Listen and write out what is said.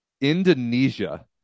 Indonesia